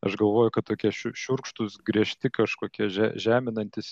aš galvoju kad tokie šiu šiurkštūs griežti kažkokie že žeminantys